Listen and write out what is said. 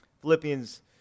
Philippians